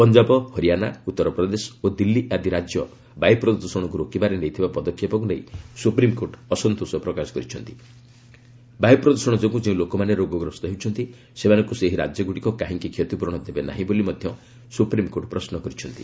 ପଞ୍ଜାବ ହରିଆଣା ଉତ୍ତରପ୍ରଦେଶ ଓ ଦିଲ୍ଲୀ ଆଦି ରାଜ୍ୟ ବାୟୁ ପ୍ରଦ୍ଷଣକୁ ରୋକିବାରେ ନେଇଥିବା ପଦକ୍ଷେପକୁ ନେଇ ସୁପ୍ରିମ୍କୋର୍ଟ ଅସନ୍ତୋଷ ପ୍ରକାଶ କରିଛନ୍ତି ଓ ବାୟୁ ପ୍ରଦୂଷଣ ଯୋଗୁଁ ଯେଉଁ ଲୋକମାନେ ରୋଗଗ୍ରସ୍ତ ହେଉଛନ୍ତି ସେମାନଙ୍କୁ ସେହି ରାଜ୍ୟଗୁଡ଼ିକ କାହିଁକି କ୍ଷତିପୂରଣ ଦେବେ ନାହିଁ ବୋଲି ମଧ୍ୟ ସୁପ୍ରିମ୍କୋର୍ଟ ପ୍ରଶ୍ନ କରିଛନ୍ତି